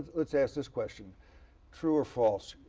let's ask this question true or false?